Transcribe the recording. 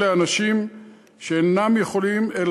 אלה אנשים שאינם יכולים להתנייד,